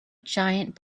giant